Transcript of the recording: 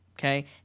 okay